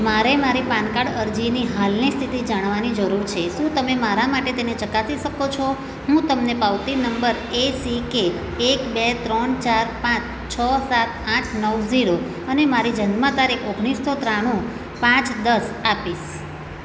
મારે મારી PAN card અરજીની હાલની સ્થિતિ જાણવાની જરૂર છે શું તમે મારા માટે તેને ચકાસી શકો છો હું તમને પાવતી નંબર એ સી કે એક બે ત્રણ ચાર પાંચ છ સાત આઠ નવ ઝીરો અને મારી જન્મ તારીખ ઓગણીસો ત્રાણું પાંચ દસ આપીશ